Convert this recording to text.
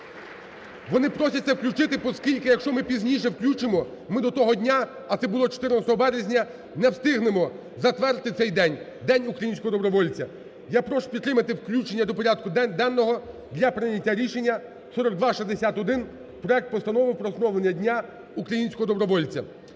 Вони просять це включити, оскільки, якщо ми пізніше включимо, ми до того дня, а це було 14 березня, не встигнемо затвердити цей день – День українського добровольця. Я прошу підтримати включення до порядку денного для прийняття рішення 4261: проект Постанови про встановлення Дня українського добровольця.